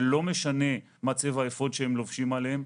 ולא משנה מה צבע האפוד שהם לובשים עליהם,